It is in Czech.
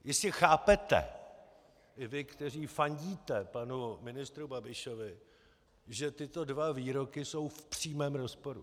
Jistě chápete i vy, kteří fandíte panu ministru Babišovi, že tyto dva výroky jsou v přímém rozporu.